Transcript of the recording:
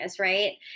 right